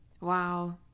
Wow